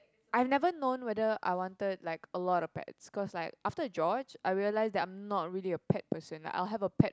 I've never known whether I wanted like a lot of pets cause like after a George I realise that I'm not really a pet person like I'll have a pet